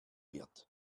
wird